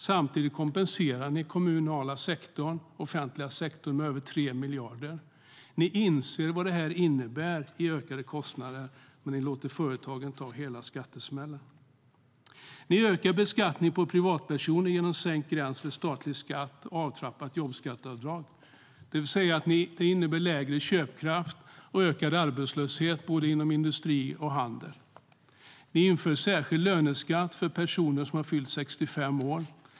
Samtidigt kompenserar ni den offentliga sektorn med över 3 miljarder. Ni inser vad detta innebär i ökade kostnader, men ni låter företagen ta hela skattesmällen. Ni ökar beskattningen av privatpersoner genom sänkt gräns för statlig skatt och ett avtrappat jobbskatteavdrag. Det innebär lägre köpkraft och ökad arbetslöshet både inom industri och handel. Ni inför en särskild löneskatt för personer som har fyllt 65 år.